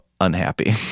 unhappy